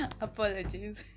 Apologies